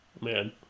Man